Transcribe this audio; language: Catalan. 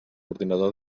ordinador